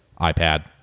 iPad